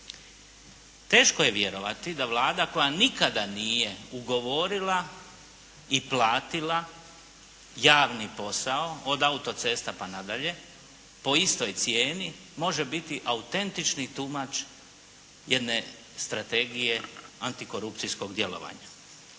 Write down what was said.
Teško je vjerovati da Vlada koja nikada nije ugovorila i platila javni posao od autocesta pa nadalje po istoj cijeni, može biti autentični tumač jedne strategije antikorupcijskog djelovanja.